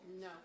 No